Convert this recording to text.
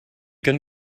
can